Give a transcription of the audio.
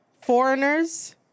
foreigners